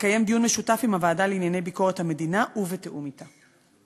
תקיים דיון משותף עם הוועדה לענייני ביקורת המדינה ובתיאום אתה.